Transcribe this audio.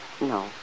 No